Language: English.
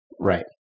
Right